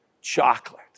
Chocolate